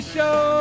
Show